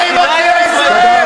מה עם ערביי ישראל?